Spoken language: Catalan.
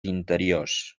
interiors